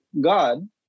God